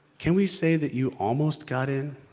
can we say that you almost got in